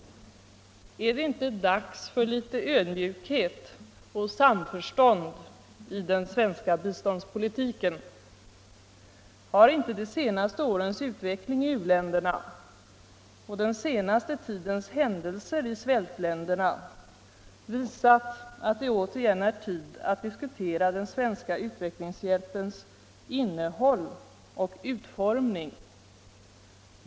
Är det inte dags för litet ödmjukhet och samförstånd i den svenska biståndspolitiken? Har inte de senaste årens utveckling i u-länderna och den senaste tidens händelser i svältländerna visat att det återigen är tid att diskutera den svenska utvecklingshjälpens innehåll och utformning.